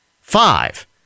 Five